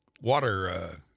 water